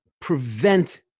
prevent